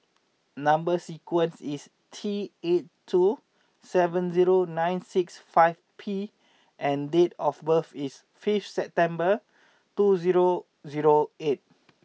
number sequence is T eight two seven zero nine six five P and date of birth is fifth September two zero zero eight